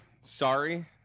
sorry